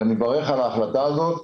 לכן אני מברך על ההחלטה הזאת,